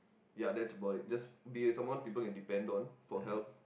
ya that's about it just be someone people can depend on for help